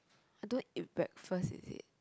I don't eat breakfast is it